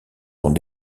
sont